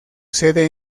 sede